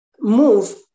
move